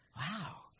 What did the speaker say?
Wow